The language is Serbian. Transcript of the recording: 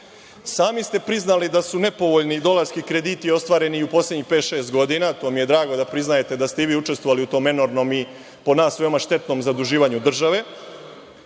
Sami ste priznali da su nepovoljni dolarski krediti ostvareni u poslednjih pet-šest godina. To mi je drago da priznajete da ste i vi učestvovali u tom enormnom i po nas veoma štetnom zaduživanju države.